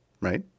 right